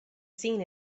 seen